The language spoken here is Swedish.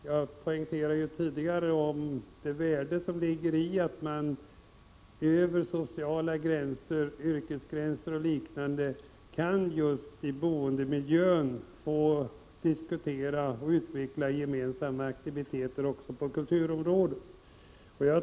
Jag poängterade tidigare värdet i att man över sociala gränser, yrkesgränser och liknande just i boendemiljön kan diskutera och utveckla gemensamma aktiviteter också på kulturområdet.